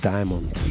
Diamond